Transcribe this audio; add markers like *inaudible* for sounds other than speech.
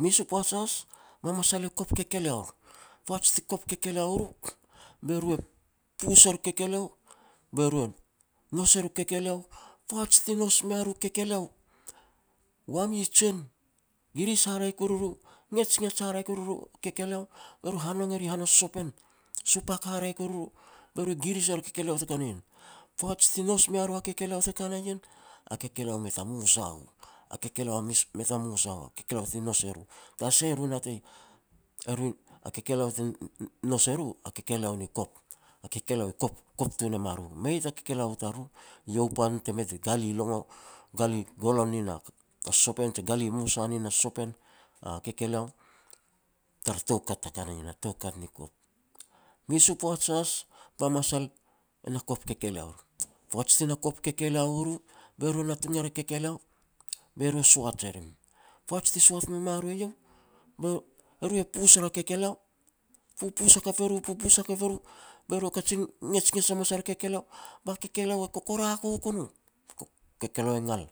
Mes u poaj has ba masal e kop kekeleor. Poaj ti kop kekeleo u ru, be ru e pus er u kekeleo, be ru e nous er u kekeleo. Poaj ti nous mea ru u kekeleo, u wami jen, giris haraeh koru e ru, ngets ngets haraeh koru e ru a kekeleo be ru hanong e ria han a sosopen, supak haraeh koru e ru, be ru giris er a kekeleo te ka na ian. Poaj ti nous mea ru a kekeleo te ka na ien, a kekeleo mei ta mosa u, a kekeleo *noise* e mei ta mosa u, a kekeleo ti nous e ru, tara sah e ru natei, eru a kekeleo *hesitation* ti nous e ru a kekeleo ni kop. A kekleo i kop, kop tun e ma ru. Mei ta kekeleo u tariru, eiau pan te mei gali longon, *unintelligible* gali golon nin a sosopan te gali mosa nin a sosopan. A kekeleo tara toukat te ka na ien toukat ni kop. Mes u poaj has, ba masal e na kop kekeleor, poaj ti na kop kekeleo u ru, be ru natung er a kekeleo, be ru e soaj e rim. Poaj ti soat me ma ru eiau, be ru e pus er a kekeleo, pupus hakap e ru, pupus hakap e ru, be ru kajin ngets ngets hamas er a kekeleo, ba kekeleo e kokorakook o no. *hesitation* Kekeleo e ngal,